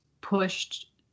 pushed